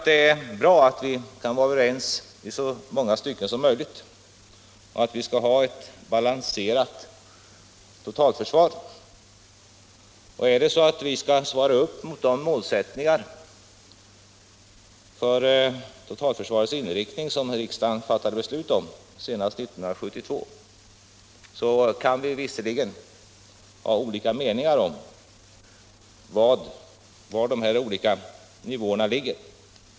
Det är bra att vi kan vara överens om att vi skall ha ett balanserat totalförsvar i enlighet med de målsättningar för totalförsvarets inriktning som riksdagen fattade beslut om senast 1972. Vi kan naturligtvis ha olika meningar om var de olika nivåerna ligger.